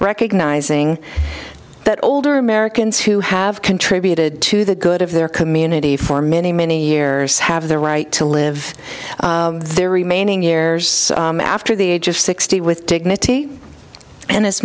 recognizing that older americans who have contributed to the good of their community for many many years have the right to live their remaining years after the age of sixty with dignity and as